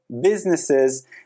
businesses